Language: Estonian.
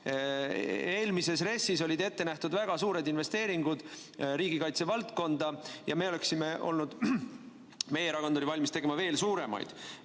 Eelmises RES‑is olid ette nähtud väga suured investeeringud riigikaitse valdkonda ja meie erakond oli valmis tegema veel suuremaid